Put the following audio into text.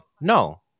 no